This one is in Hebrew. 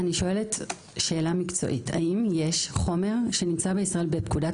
אני שואלת שאלה מקצועית האם יש חומר שנמצא בישראל בפקודת